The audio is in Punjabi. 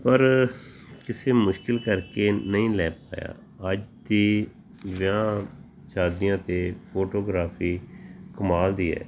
ਪਰ ਕਿਸੇ ਮੁਸ਼ਕਲ ਕਰਕੇ ਨਹੀਂ ਲੈ ਪਾਇਆ ਅੱਜ ਦੀ ਵਿਆਹਾਂ ਸ਼ਾਦੀਆਂ 'ਤੇ ਫੋਟੋਗ੍ਰਾਫ਼ੀ ਕਮਾਲ ਦੀ ਹੈ